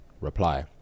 Reply